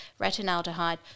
retinaldehyde